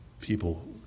people